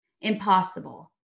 impossible